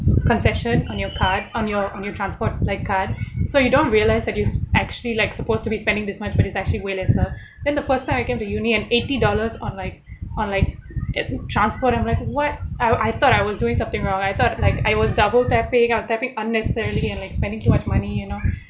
concession on your card on your on your transport like card so you don't realize that you actually like supposed to be spending this much but it's actually way lesser then the first time I get into uni and eighty dollars on like on like at transport I'm like what I I thought I was doing something wrong I thought like I was double tapping I was tapping unnecessarily and like spending too much money you know